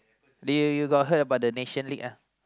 they you got heard about the Nation League ah